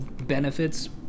benefits